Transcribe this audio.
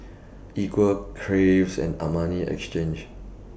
Equal Craves and Armani Exchange